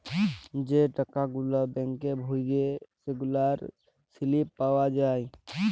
যে টাকা গুলা ব্যাংকে ভ্যইরে সেগলার সিলিপ পাউয়া যায়